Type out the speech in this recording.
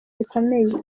rikomeye